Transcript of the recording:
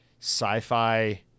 sci-fi